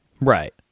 right